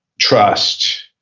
trust,